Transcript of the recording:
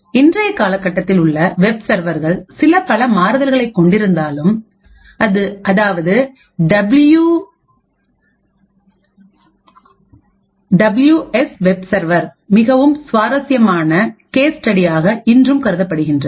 இன்றைய காலகட்டத்தில் உள்ள வெப் சர்வர்கள் சில பல மாறுதல்களை கொண்டிருந்தாலும் அது அதாவது டபள்யூஎஸ் வெப் சர்வர் மிகவும் சுவாரஸ்யமான கேஸ் ஸ்டடியாக இன்றும் கருதப்படுகின்றது